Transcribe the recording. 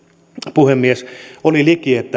puhemies oli liki että